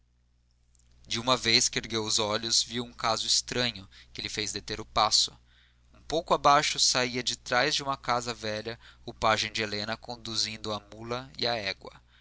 de uma vez que ergueu os olhos viu um caso estranho que lhe fez deter o passo um pouco abaixo saía de trás de uma casa velha o pajem de helena conduzindo a mula e a égua